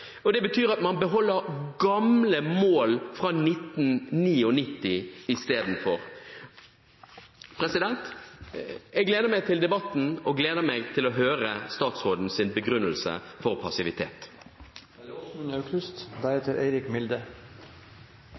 og det betyr at man isteden beholder gamle mål fra 1999. Jeg gleder meg til debatten og gleder meg til å høre statsrådens begrunnelse for passivitet. Først takk til Heikki Eidsvoll Holmås for det